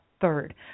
third